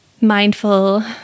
mindful